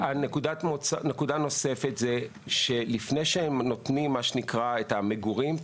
נקודת נוספת היא שלפני שנותנים את המגורים,